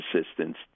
assistance